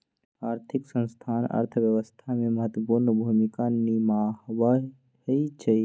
आर्थिक संस्थान अर्थव्यवस्था में महत्वपूर्ण भूमिका निमाहबइ छइ